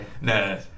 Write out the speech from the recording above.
No